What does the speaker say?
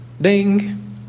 ding